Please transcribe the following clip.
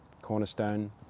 Cornerstone